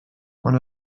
quan